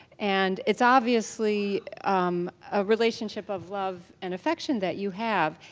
and it's obviously a relationship of love and affection that you have,